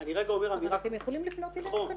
אני רגע אומר שאני רק --- אתם יכולים לפנות אל הנשים,